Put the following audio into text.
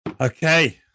Okay